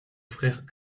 frère